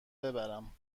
ببرم